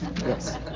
yes